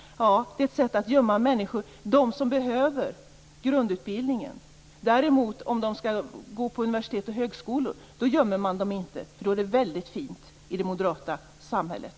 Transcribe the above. Ja, det är ett sätt att gömma de människor som behöver grundutbildning. Om de däremot skall gå på universitet och högskolor gömmer man dem inte. Det är nämligen väldigt fint i det moderata samhället.